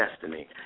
destiny